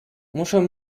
muszę